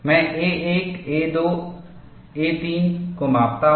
मैं a1 a2 a3 को मापता हूं